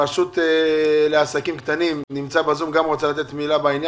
הרשות לעסקים קטנים נמצא בזום, בבקשה.